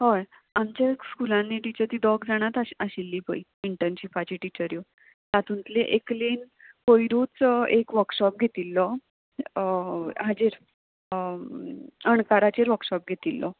हय आमच्या स्कुलान न्ही टिचर ती दोग जाणात आशिल्ली पय इंटर्नशिपाच्यो टिचऱ्यो तातूंतले एकलेन पयरूच एक वर्कशॉप घेतिल्लो हाजेर अणकाराचेर वर्कशॉप घेतिल्लो